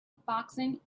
boxing